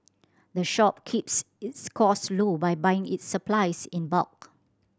the shop keeps its cost low by buying its supplies in bulk